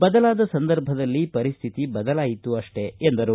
ಬದಲಾದ ಸಂದರ್ಭದಲ್ಲಿ ಪರಿಸ್ಥಿತಿ ಬದಲಾಯಿತು ಅಷ್ಟೇ ಎಂದರು